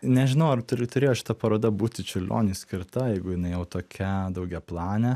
nežinau ar turiu turėjo šita paroda būti čiurlioniui skirtai jeigu jinai jau tokia daugiaplanė